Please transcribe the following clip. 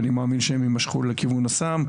אני מאמין שהם ימשכו לכיוון הסם,